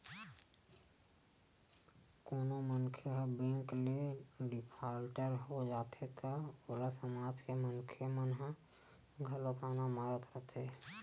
कोनो मनखे ह बेंक ले डिफाल्टर हो जाथे त ओला समाज के मनखे मन ह घलो ताना मारत रहिथे